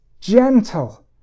gentle